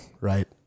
right